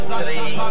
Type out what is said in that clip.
three